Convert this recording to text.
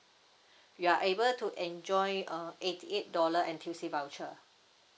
you are able to enjoy a eighty eight dollar N_T_U_C voucher